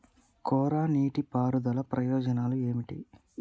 కోరా నీటి పారుదల ప్రయోజనాలు ఏమిటి?